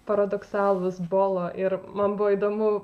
paradoksalūs bolo ir man buvo įdomu